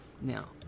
Now